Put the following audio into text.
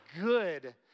good